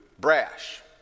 brash